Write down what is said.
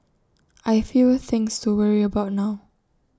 I've fewer things to worry about now